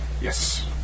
Yes